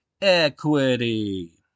equity